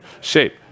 shape